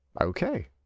Okay